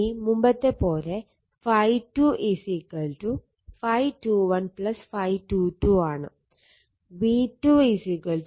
ഇനി മുമ്പത്തെ പോലെ ∅2 ∅21 ∅22 ആണ്